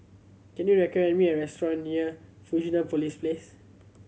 can you recommend me a restaurant near Fusionopolis Place